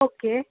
okay